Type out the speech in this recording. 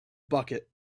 bucket